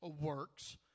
works